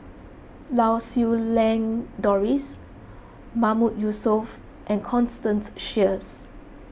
Lau Siew Lang Doris Mahmood Yusof and Constance Sheares